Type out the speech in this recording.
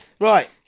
Right